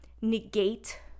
negate